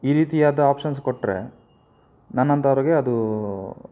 ಈ ರೀತಿ ಆದ ಆಪ್ಷನ್ಸ್ ಕೊಟ್ಟರೆ ನನ್ನಂಥವ್ರಿಗೆ ಅದು